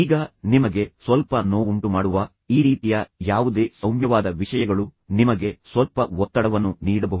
ಈಗ ನಿಮಗೆ ಸ್ವಲ್ಪ ನೋವುಂಟುಮಾಡುವ ಈ ರೀತಿಯ ಯಾವುದೇ ಸೌಮ್ಯವಾದ ವಿಷಯಗಳು ನಿಮಗೆ ಸ್ವಲ್ಪ ಒತ್ತಡವನ್ನು ನೀಡಬಹುದು